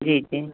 जी जी